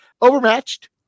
overmatched